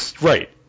right